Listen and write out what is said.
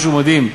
משהו מדהים.